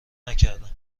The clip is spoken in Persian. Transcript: نکردم